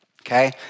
okay